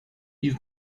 you